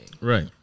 Right